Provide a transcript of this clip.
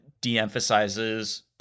de-emphasizes